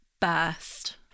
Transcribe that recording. burst